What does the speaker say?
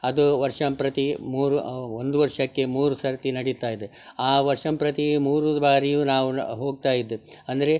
ಅದು ವರ್ಷಂಪ್ರತಿ ಮೂರು ಒಂದು ವರ್ಷಕ್ಕೆ ಮೂರು ಸರತಿ ನಡೀತಾಯಿದೆ ಆ ವರ್ಷಂಪ್ರತಿ ಮೂರು ಬಾರಿಯು ನಾವು ಹೋಗ್ತಾಯಿದ್ದೆ ಅಂದರೆ